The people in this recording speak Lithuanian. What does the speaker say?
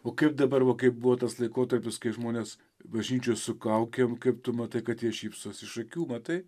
o kaip dabar va kai buvo tas laikotarpis kai žmonės bažnyčioj su kaukėm kaip tu matai kad jie šypsosi iš akių matai